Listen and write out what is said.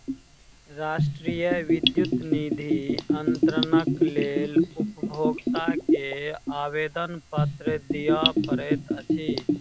राष्ट्रीय विद्युत निधि अन्तरणक लेल उपभोगता के आवेदनपत्र दिअ पड़ैत अछि